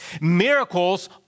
Miracles